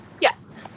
Yes